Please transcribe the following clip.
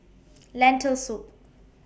Lentil Soup